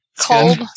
Cold